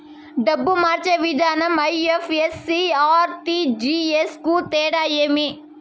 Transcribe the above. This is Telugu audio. డబ్బులు మార్చే విధానం ఐ.ఎఫ్.ఎస్.సి, ఆర్.టి.జి.ఎస్ కు తేడా ఏమి?